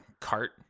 cart